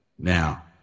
Now